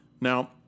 Now